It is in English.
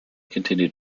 continued